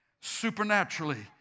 supernaturally